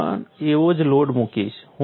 હું પણ એવો જ લોડ મૂકીશ